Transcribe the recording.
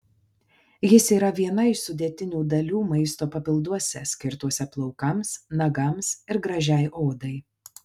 jis yra viena iš sudėtinių dalių maisto papilduose skirtuose plaukams nagams ir gražiai odai